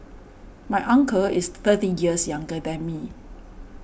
my uncle is thirty years younger than me